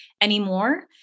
anymore